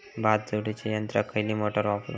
भात झोडूच्या यंत्राक खयली मोटार वापरू?